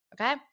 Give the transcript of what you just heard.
Okay